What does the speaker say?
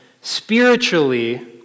spiritually